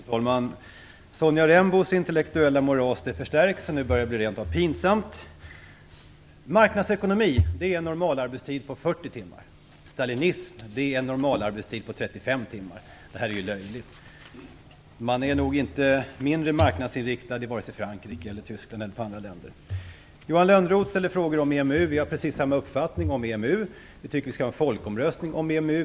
Fru talman! Sonja Rembos intellektuella moras förstärks. Nu börjar det rent av bli pinsamt. Marknadsekonomi är en normalarbetstid på 40 timmar, stalinism är en normalarbetstid på 35 timmar - det här är ju löjligt. Man är nog inte mindre marknadsinriktad i vare sig Frankrike, Tyskland eller andra länder. Johan Lönnroth ställde frågor om EMU. Vi har precis samma uppfattning om EMU. Vi tycker att vi skall ha en folkomröstning om EMU.